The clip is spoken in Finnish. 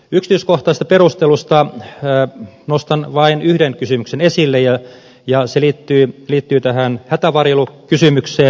yksityiskohtaisista perusteluista nostan vain yhden kysymyksen esille ja se liittyy tähän hätävarjelukysymykseen